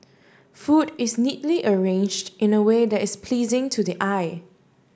food is neatly arranged in a way that is pleasing to the eye